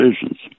decisions